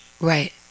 Right